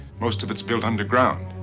most of it's built underground.